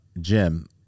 Jim